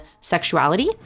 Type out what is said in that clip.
sexuality